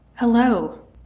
Hello